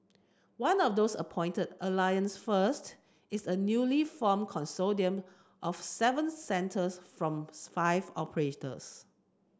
one of those appointed Alliance First is a newly formed consortium of seven centres from five operators